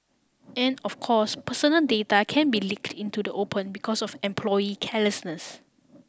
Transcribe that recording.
and of course personal data can be leaked into the open because of employee carelessness